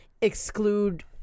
exclude